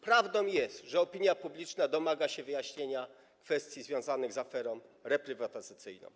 Prawdą jest, że opinia publiczna domaga się wyjaśnienia kwestii związanych z aferą reprywatyzacyjną.